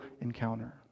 encounter